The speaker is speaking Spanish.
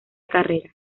carrera